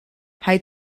hij